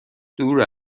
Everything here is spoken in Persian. دور